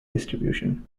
distribution